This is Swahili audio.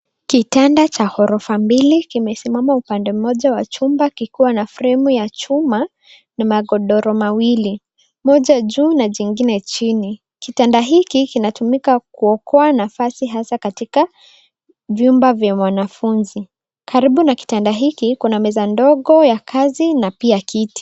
Kitanda cha ghorofa mbili kimesimama upande mmoja wa chumba kikiwa na fremu ya chuma, na magodoro mawili. Moja juu na jingine chini. Kitanda hiki kinatumika kuokoa nafasi, hasa katika jumba vya wanafunzi. Karibu na kitanda hiki, kuna meza ndogo ya kazi na pia kiti.